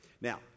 Now